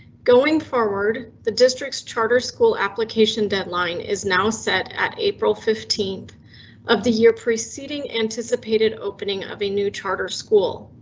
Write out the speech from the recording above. going forward, the district's charter school application deadline is now set at april fifteenth of the year preceding anticipated opening of a new charter school.